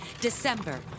December